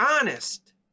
honest